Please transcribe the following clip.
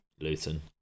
Luton